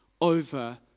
over